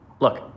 Look